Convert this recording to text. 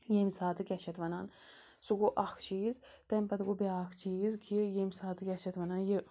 ییٚمہِ ساتہٕ کیٛاہ چھِ اَتھ وَنان سُہ گوٚو اَکھ چیٖز تَمہِ پَتہٕ گوٚو بیٛاکھ چیٖز کہِ ییٚمہِ ساتہٕ کیٛاہ چھِ اَتھ وَنان یہِ